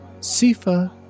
Sifa